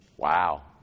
Wow